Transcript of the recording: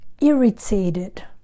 irritated